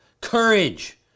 courage